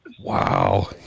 Wow